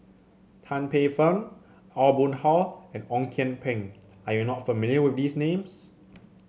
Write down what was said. Tan Paey Fern Aw Boon Haw and Ong Kian Peng are you not familiar with these names